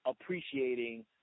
appreciating